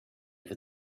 with